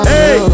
Hey